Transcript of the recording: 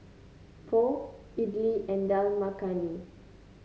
Pho Idili and Dal Makhani